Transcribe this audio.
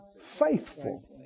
faithful